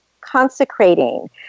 consecrating